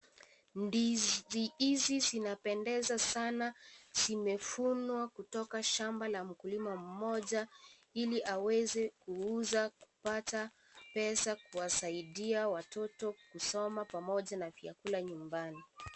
Ndizi hizi zinzpendeza sana zimevunwa kutoka shamba la mkulima mmoja ili aweze kuuza kupata pesa kuwasaidia watoto kusoma pamoja na vyakula nyumbani.